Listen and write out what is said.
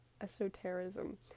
esotericism